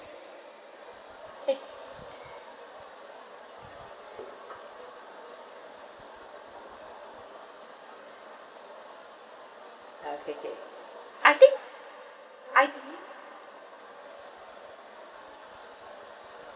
okay K I think I